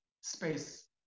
space